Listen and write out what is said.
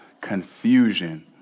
confusion